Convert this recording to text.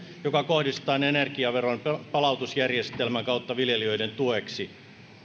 joka kohdistetaan energiaveron palautusjärjestelmän kautta viljelijöiden tueksi